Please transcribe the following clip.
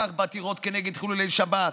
כך בעתירות כנגד חילולי השבת,